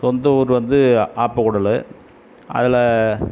சொந்த ஊர் வந்து ஆப்பக்கூடல் அதில்